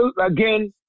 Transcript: again